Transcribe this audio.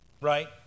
right